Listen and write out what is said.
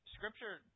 Scripture